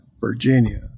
Virginia